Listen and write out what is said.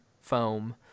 foam